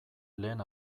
lehen